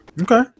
okay